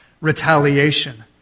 retaliation